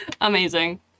Amazing